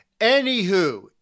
Anywho